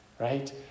right